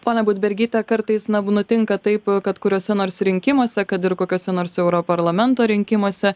ponia budbergyte kartais nutinka taip kad kuriuose nors rinkimuose kad ir kokiuose nors europarlamento rinkimuose